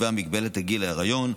נקבעה מגבלת הגיל להיריון,